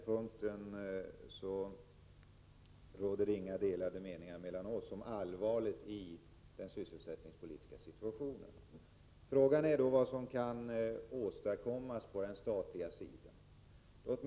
Vi har således inga delade meningar om allvaret i fråga om den sysselsättningspolitiska situationen. Frågan är då vad som kan åstadkommas på den statliga sidan.